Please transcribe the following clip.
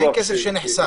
אין כסף שנחסך.